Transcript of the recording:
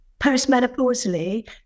postmenopausally